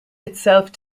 itself